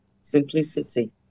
simplicity